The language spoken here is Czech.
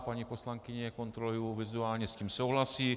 Paní poslankyně, kontroluji vizuálně, s tím souhlasí.